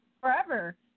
forever